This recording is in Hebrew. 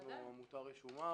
אנחנו עמותה רשומה.